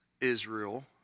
Israel